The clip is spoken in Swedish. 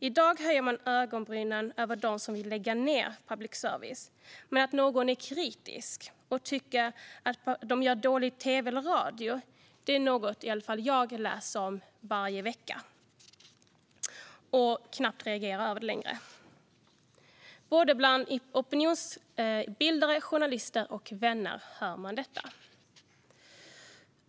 I dag höjs det på ögonbrynen åt dem som vill lägga ned public service, men att någon är kritisk och tycker att public service gör dålig tv eller radio är något i alla fall jag läser om varje vecka och knappt reagerar på längre. Detta hörs bland såväl opinionsbildare och journalister som vänner.